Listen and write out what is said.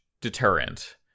deterrent